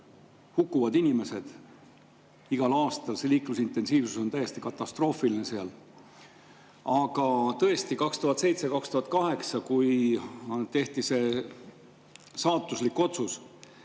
hukkuvad inimesed igal aastal, liiklusintensiivsus on seal täiesti katastroofiline. Aga tõesti, aastail 2007–2008, kui tehti see saatuslik otsus,